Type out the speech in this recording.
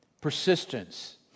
persistence